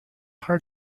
hard